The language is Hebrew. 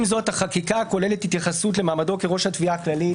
עם זאת החקיקה כוללת התייחסות למעמדו כראש התביעה הכללית,